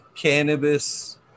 Cannabis